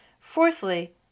Fourthly